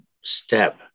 step